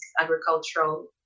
agricultural